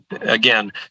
Again